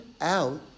out